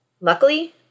Luckily